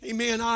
Amen